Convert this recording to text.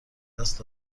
دست